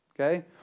okay